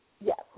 Yes